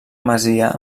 masia